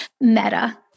meta